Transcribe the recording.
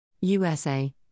USA